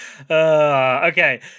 Okay